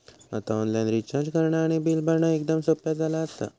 आता online recharge करणा आणि बिल भरणा एकदम सोप्या झाला आसा